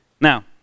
Now